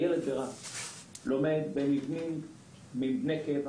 ילד ברהט לומד במבנה קבע